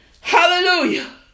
Hallelujah